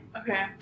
Okay